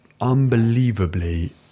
unbelievably